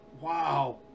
Wow